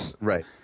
Right